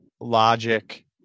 logic